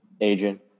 Adrian